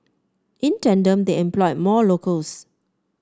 in tandem they employed more locals